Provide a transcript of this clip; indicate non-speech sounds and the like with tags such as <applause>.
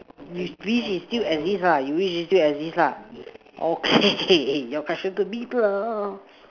you wish it still exist ah you wish it still exist lah okay <noise> you question to me now